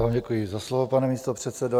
Děkuji za slovo, pane místopředsedo.